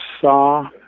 saw